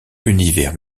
univers